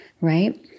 right